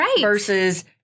versus